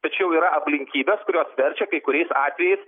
tačiau yra aplinkybės kurios verčia kai kuriais atvejais